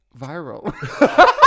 viral